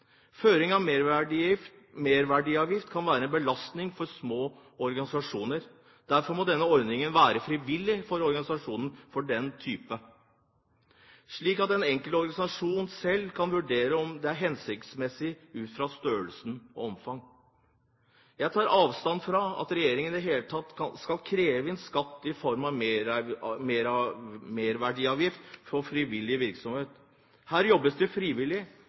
Føring av merverdiavgift kan være en belastning for små organisasjoner. Derfor må denne ordningen være frivillig for organisasjoner av den typen, slik at den enkelte organisasjon selv kan vurdere om det er hensiktsmessig ut fra størrelse og omfang. Jeg tar avstand fra at regjeringen i det hele tatt skal kreve inn skatt i form av merverdiavgift for frivillig virksomhet. Her jobbes det frivillig,